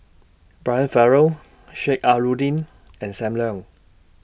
Brian Farrell Sheik Alau'ddin and SAM Leong